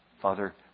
Father